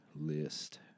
list